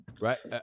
right